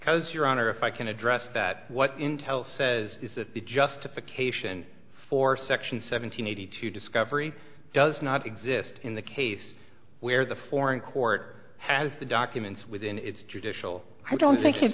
because your honor if i can address that what intel says is that the justification for section seven hundred eighty two discovery does not exist in the case where the foreign court has the documents within its judicial i don't think